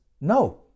no